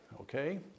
okay